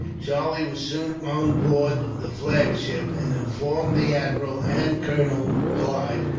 charlie was soon on board the flagship, and informed the admiral, and colonel clive,